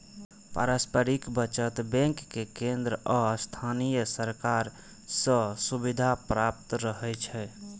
पारस्परिक बचत बैंक कें केंद्र आ स्थानीय सरकार सं सुविधा प्राप्त रहै छै